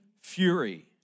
fury